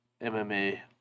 MMA